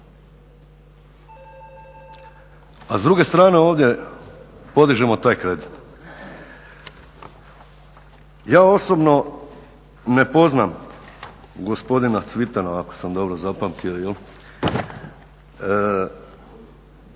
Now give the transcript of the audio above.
A s druge strane ovdje podižemo taj kredit. Ja osobno ne poznam gospodina Cvitana, ako sam dobro zapamtio, ali